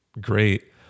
great